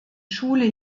schule